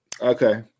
Okay